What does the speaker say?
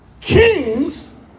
kings